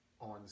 on